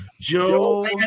Joe